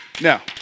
Now